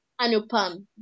Anupam